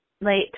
late